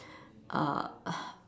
err